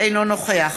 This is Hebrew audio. אינו נוכח